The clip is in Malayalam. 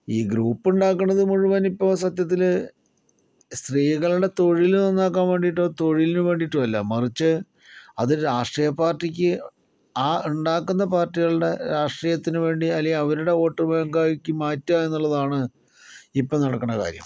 ഈ ഗ്രൂപ്പ് ഉണ്ടാക്കണത് മുഴുവൻ ഇപ്പോൾ സത്യത്തില് സ്ത്രീകളുടെ തൊഴില് നന്നാക്കാൻ വേണ്ടിട്ടോ തൊഴിലിനു വേണ്ടിയിട്ടോ അല്ല മറിച്ച് അത് രാഷ്ട്രീയ പാർട്ടിക്ക് ആ ഉണ്ടാക്കുന്ന പാർട്ടികളുടെ രാഷ്ട്രീയത്തിനുവേണ്ടി അല്ലെങ്കിൽ അവരുടെ വോട്ട് ബാങ്കാക്കി മാറ്റുക എന്നുള്ളതാണ് ഇപ്പോൾ നടക്കണ കാര്യം